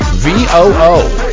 V-O-O